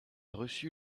reçu